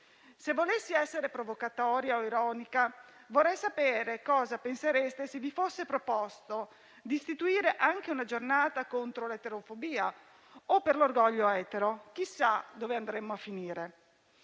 Se volessi essere provocatoria o ironica vorrei sapere cosa pensereste se vi fosse proposto di istituire anche una giornata contro l'eterofobia o per l'orgoglio etero. Chissà dove andremo a finire.